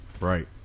Right